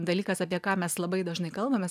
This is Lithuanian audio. dalykas apie ką mes labai dažnai kalbamės